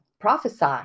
Prophesy